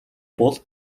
бол